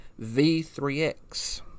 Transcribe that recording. V3X